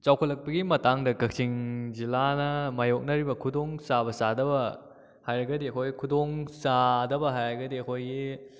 ꯆꯥꯎꯈꯠꯂꯛꯄꯒꯤ ꯃꯇꯥꯡꯗ ꯀꯛꯆꯤꯡ ꯖꯤꯂꯥꯅ ꯃꯥꯏꯌꯣꯛꯅꯔꯤꯕ ꯈꯨꯗꯣꯡ ꯆꯥꯕ ꯆꯥꯗꯕ ꯍꯥꯏꯔꯒꯗꯤ ꯑꯩꯈꯣꯏ ꯈꯨꯗꯣꯡ ꯆꯥꯗꯕ ꯍꯥꯏꯔꯒꯗꯤ ꯑꯩꯈꯣꯏꯒꯤ